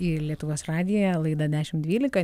į lietuvos radiją laida dešimt dvylika